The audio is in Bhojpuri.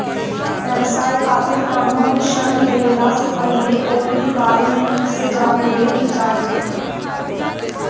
व्यवसाय खातिर कवनो भी ऋण लेहला से पहिले ओकरी बारे में निक से जान लेवे के चाही